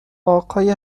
آقای